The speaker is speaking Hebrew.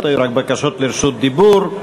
היו רק בקשות לרשות דיבור.